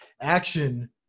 action